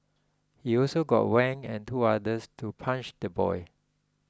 he also got Wang and two others to punch the boy